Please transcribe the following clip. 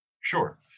Sure